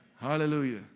hallelujah